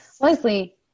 Leslie